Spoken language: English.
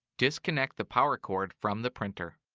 disconnect the power cord from the printer.